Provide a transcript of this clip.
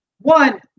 one